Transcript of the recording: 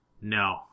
No